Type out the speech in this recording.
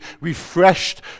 refreshed